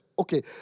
Okay